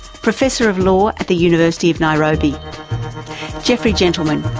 professor of law at the university of nairobi jeffrey gentleman,